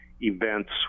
events